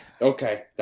Okay